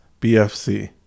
BFC